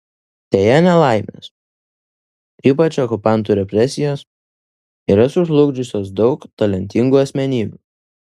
deja nelaimės ypač okupantų represijos yra sužlugdžiusios daug talentingų asmenybių